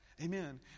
amen